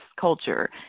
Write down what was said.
culture